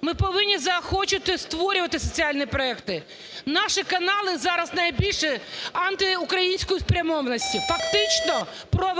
Ми повинні заохочувати створювати соціальні проекти. Наші канали зараз найбільше антиукраїнської спрямованості, фактично проворожі